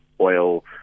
oil